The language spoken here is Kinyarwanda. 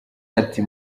ati